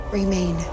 remain